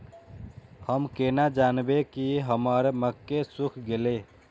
हम केना जानबे की हमर मक्के सुख गले?